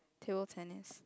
table tennis